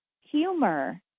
humor